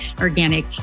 Organic